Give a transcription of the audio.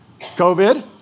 COVID